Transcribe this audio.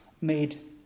made